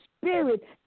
spirit